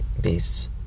beasts